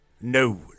No